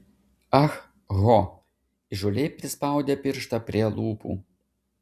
ah ho įžūliai prispaudė pirštą prie lūpų